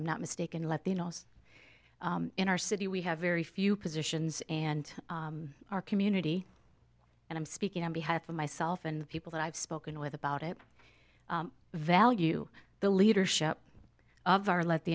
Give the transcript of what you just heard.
i'm not mistaken latinos in our city we have very few positions and our community and i'm speaking on behalf of myself and the people that i've spoken with about it value the leadership of our